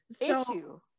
issue